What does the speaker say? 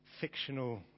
fictional